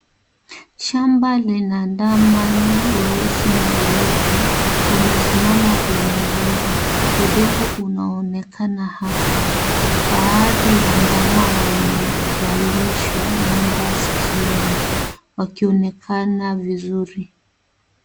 Shamba lina ndama weusi na weupe, wamesimama kwenye zizi. Udongo unaonekana hapo. Baadhi ya ndama wamevalishwa namba sikioni wakionekana vizuri.